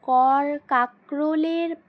কর কাঁকরোলের